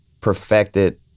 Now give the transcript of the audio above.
perfected